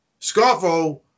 Scarfo